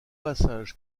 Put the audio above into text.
passage